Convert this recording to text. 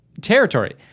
territory